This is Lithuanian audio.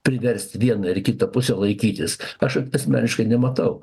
priverst vieną ir kitą pusę laikytis aš asmeniškai nematau